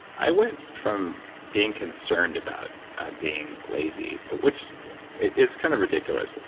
i went from being concerned about being lazy, which is kind of ridiculous.